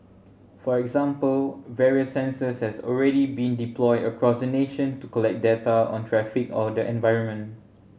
for example various sensors has already been deployed across the nation to collect data on traffic or the environment